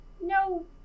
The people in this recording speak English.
No